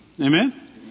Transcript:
Amen